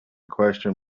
question